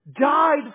died